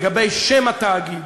לגבי שם התאגיד: